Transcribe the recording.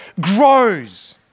grows